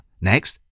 Next